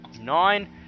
Nine